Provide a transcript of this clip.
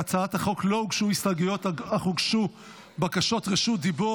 להצעת החוק לא הוגשו הסתייגויות אך הוגשו בקשות רשות דיבור.